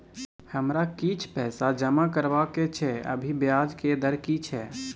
हमरा किछ पैसा जमा करबा के छै, अभी ब्याज के दर की छै?